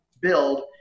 build